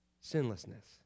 sinlessness